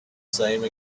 same